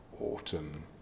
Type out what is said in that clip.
autumn